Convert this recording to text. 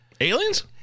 Aliens